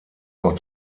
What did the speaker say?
auch